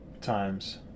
times